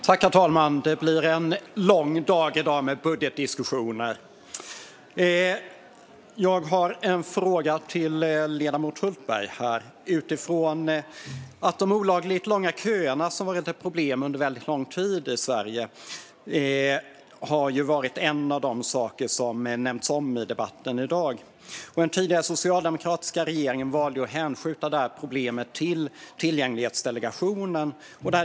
Herr talman! Det blir en lång dag i dag med budgetdiskussioner. Jag har en fråga till ledamoten Hultberg. Det gäller de olagligt långa köer som har varit ett problem under lång tid i Sverige. Det är en av de saker som också har nämnts tidigare i debatten i dag. Den tidigare socialdemokratiska regeringen valde att hänskjuta problemet till Tillgänglighetsdelegationen.